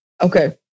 Okay